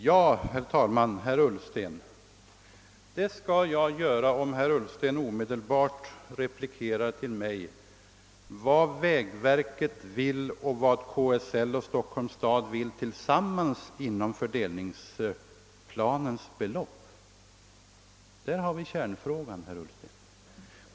Herr talman! Det skall jag göra, om herr Ullsten omedelbart vill tala om för mig vad parterna tillsammans vill inom fördelningsplanen. Där har vi kärnfrågan, herr Ullsten!